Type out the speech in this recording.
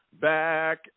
Back